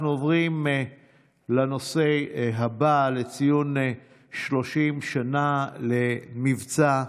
אנחנו עוברים לנושא הבא: ציון שלושים שנה למבצע שלמה,